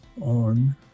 on